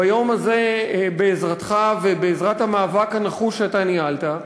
ביום הזה, בעזרתך ובעזרת המאבק הנחוש שאתה ניהלת,